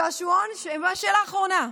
שאלה אחרונה: